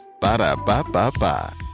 Ba-da-ba-ba-ba